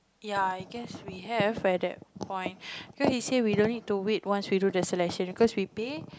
ya I guess we have at that point cause you say we don't need to wait once we do the selection cause we pay